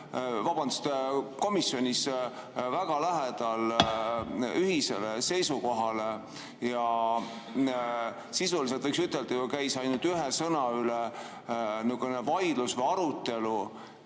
meelest komisjonis väga lähedal ühisele seisukohale ja sisuliselt, võiks ütelda, käis ainult ühe sõna üle vaidlus või arutelu.